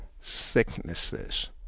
sicknesses